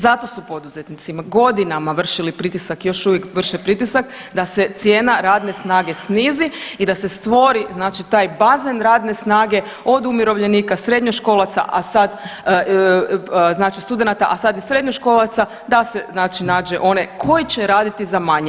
Zato su poduzetnicima godinama vršili pritisak i još uvijek vrše pritisak da se cijena radne snage snizi i da se stvori znači taj bazen radne snage od umirovljenika, srednjoškolaca a sad znači studenata, a sad i srednjoškolaca da se znači nađe onaj koji će raditi za manje.